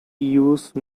use